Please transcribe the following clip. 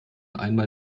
einmal